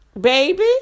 baby